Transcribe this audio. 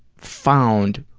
found